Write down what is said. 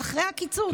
הם אחרי הקיצוץ.